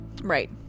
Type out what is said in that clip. Right